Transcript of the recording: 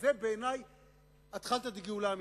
בעיני זה אתחלתא דגאולה אמיתית.